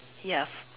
yes